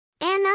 Anna